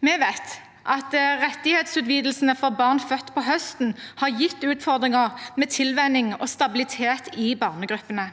Vi vet at rettighetsutvidelsene for barn født på høsten har gitt utfordringer med tilvenning og stabilitet i barnegruppene.